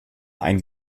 ein